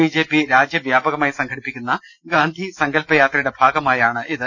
B J P രാജ്യവ്യാപകമായി സംഘടിപ്പിക്കുന്ന ഗാന്ധി സങ്കല്പ യാത്രയുടെ ഭാഗമായാണ് ഇത്